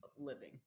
living